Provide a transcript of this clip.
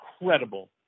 incredible